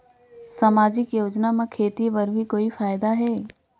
समाजिक योजना म खेती बर भी कोई फायदा है?